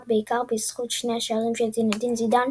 בעיקר בזכות שני שערים של זינדין זידאן,